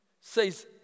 says